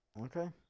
okay